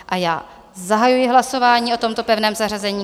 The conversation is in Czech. A já zahajuji hlasování o tomto pevném zařazení.